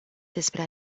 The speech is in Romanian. despre